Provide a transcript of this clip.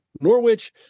Norwich